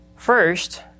First